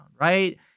right